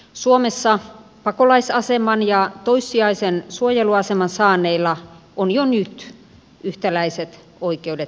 suomessa pakolaisaseman ja toissijaisen suojeluaseman saaneilla on jo nyt yhtäläiset oikeudet ja etuudet